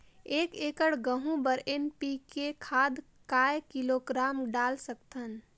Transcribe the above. एक एकड़ गहूं बर एन.पी.के खाद काय किलोग्राम डाल सकथन?